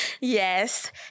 Yes